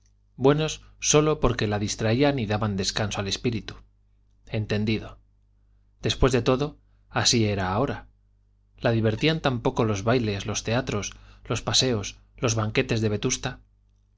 buenos sólo porque la distraían y daban descanso al espíritu entendido después de todo así era ahora la divertían tan poco los bailes los teatros los paseos los banquetes de